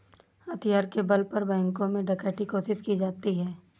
हथियार के बल पर बैंकों में डकैती कोशिश की जाती है